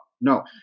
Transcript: no